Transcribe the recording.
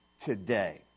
today